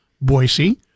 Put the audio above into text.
Boise